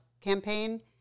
campaign